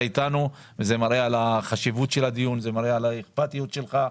אתנו מה שמראה על חשיבות הדיון ועל האכפתיות שלך.